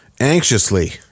anxiously